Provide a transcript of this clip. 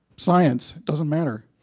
science, doesn't matter.